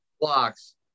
Blocks